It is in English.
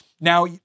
Now